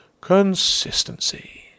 consistency